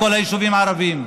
בכל היישובים הערביים,